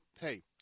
hey